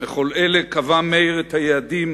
בכל אלה קבע מאיר את היעדים,